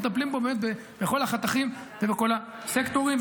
מטפלים בו באמת בכל החתכים ובכל הסקטורים,